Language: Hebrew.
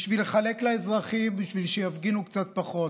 בשביל לחלק לאזרחים בשביל שיפגינו קצת פחות.